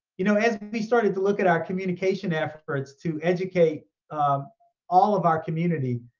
you know as we started to look at our communication efforts to educate all of our community.